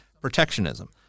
protectionism